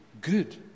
good